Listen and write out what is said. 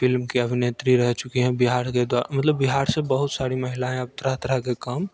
film की अभिनेत्री रह चुकी हैं बिहार के द्वा मतलब बिहार से बहुत सारी महिलाएँ अब तरह तरह के काम